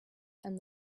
and